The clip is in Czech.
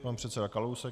Pan předseda Kalousek.